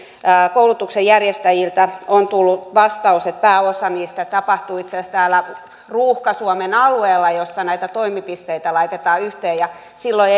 koulutuksen järjestäjiltä on tullut vastaus että pääosa niistä tapahtuu itse asiassa täällä ruuhka suomen alueella missä näitä toimipisteitä laitetaan yhteen silloin